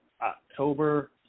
october